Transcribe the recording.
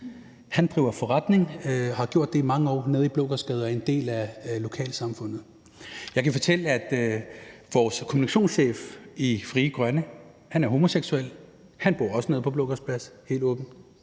Han driver forretning, har gjort det i mange år, nede i Blågårdsgade og er en del af lokalsamfundet. Jeg kan fortælle, at vores kommunikationschef i Frie Grønne er homoseksuel. Han bor også nede på Blågårds Plads og er helt åben